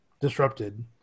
disrupted